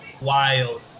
wild